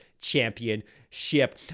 championship